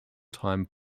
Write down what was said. time